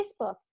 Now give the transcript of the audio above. Facebook